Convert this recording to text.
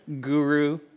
guru